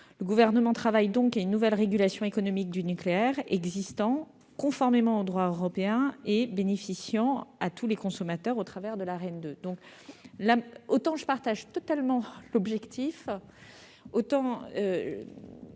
Le Gouvernement travaille donc à une nouvelle régulation économique du nucléaire existant, conformément au droit européen, et bénéficiant à tous les consommateurs au travers de l'Arenh 2. Je partage totalement l'objectif de